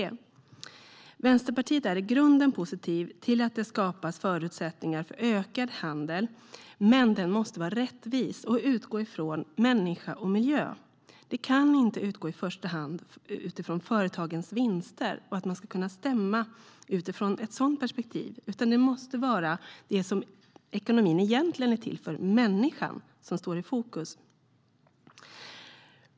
Vänsterpartiet är i grunden positivt till att det skapas förutsättningar för ökad handel, men den måste vara rättvis och utgå från människa och miljö. Den kan inte i första hand utgå från företagens vinster och att man ska kunna stämma utifrån ett sådant perspektiv. Det måste vara det som ekonomin egentligen är till för, människan, som står i fokus.